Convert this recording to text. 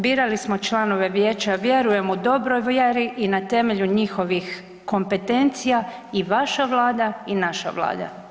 Birali smo članove vijeća vjerujem u dobroj vjeri i na temelju njihovih kompetencija i vaša Vlada i naša Vlada.